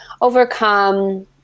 overcome